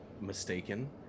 mistaken